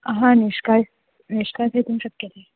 अहा निष्का निष्कासयितुं शक्यते